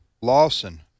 Lawson